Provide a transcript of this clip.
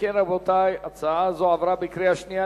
אם כן, רבותי, הצעה זו עברה בקריאה שנייה.